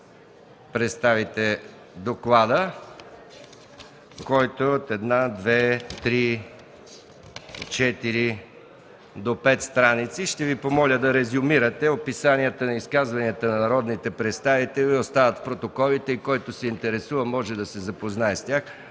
представите доклада, който е от пет страници? Ще Ви помоля да резюмирате описанието на изказванията на народните представители – остава в протоколите и който се интересува, може да се запознае с тях.